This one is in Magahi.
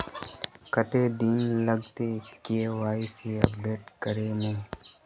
कते दिन लगते के.वाई.सी अपडेट करे में?